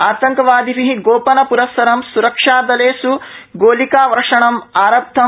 आतंकवादिभि गोपनप्रस्सरं स्रक्षादलेष् गोलिकावर्षणं आरब्धम्